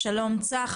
חריט.